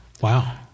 Wow